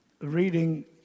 reading